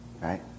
right